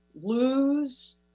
lose